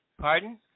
pardon